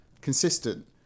consistent